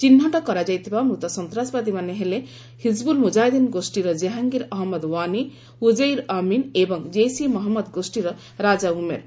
ଚିହ୍ନଟ କରାଯାଇଥିବା ମୃତ ସନ୍ତାସବାଦୀ ହେଲେ ହିଜିବୁଲ୍ ମୁକାହିଦ୍ଦିନ୍ ଗୋଷୀର ଜେହାଙ୍ଗୀର ଅହମ୍ମଦ ଓ୍ୱାନୀ ଉଜେଇର୍ ଅମିନ୍ ଏବଂ ଜେସ୍ ଇ ମହମ୍ମଦ ଗୋଷ୍ଠୀର ରାଜା ଉମେର